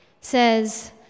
says